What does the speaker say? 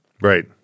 Right